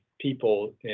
people